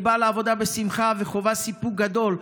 אני באה לעבודה בשמחה וחווה סיפוק גדול.